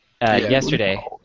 yesterday